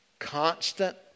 Constant